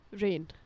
Rain